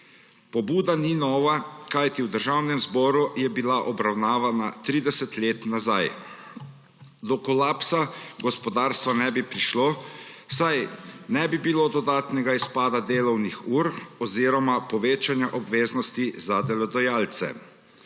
Pobuda ni nova, kajti v Državnem zboru je bila obravnavana 30 let nazaj. Do kolapsa gospodarstva ne bi prišlo, saj ne bi bilo dodatnega izpada delovnih ur oziroma povečanja obveznosti za delodajalce.